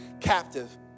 captive